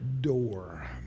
door